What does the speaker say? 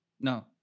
No